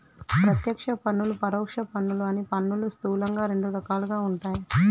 ప్రత్యక్ష పన్నులు, పరోక్ష పన్నులు అని పన్నులు స్థూలంగా రెండు రకాలుగా ఉంటయ్